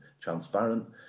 transparent